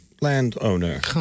landowner